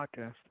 podcast